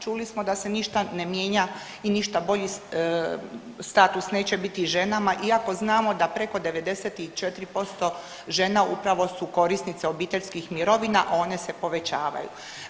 Čuli smo da se ništa ne mijenja i ništa bolji status neće biti ženama iako znamo da preko 94% žena upravo su korisnice obiteljskih mirovina, a one se povećavaju.